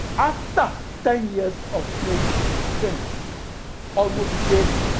after ten years of playing tennis almost daily,